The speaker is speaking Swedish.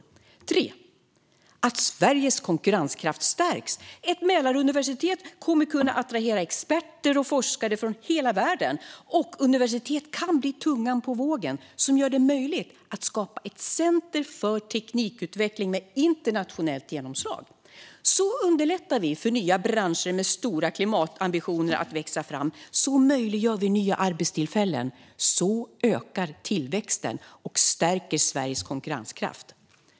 För det tredje skulle det innebära att Sveriges konkurrenskraft stärks. Ett Mälaruniversitet kommer att kunna attrahera experter och forskare från hela världen, och ett universitet kan bli tungan på vågen för att göra det möjligt att skapa ett centrum för teknikutveckling med internationellt genomslag. Så underlättar vi för nya branscher med stora klimatambitioner att växa fram. Så möjliggör vi för nya arbetstillfällen. Så ökar vi tillväxten och stärker Sveriges konkurrenskraft.